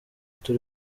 turimo